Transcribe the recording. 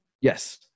Yes